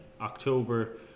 October